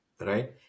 Right